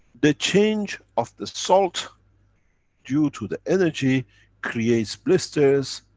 the change of the salt due to the energy creates blisters.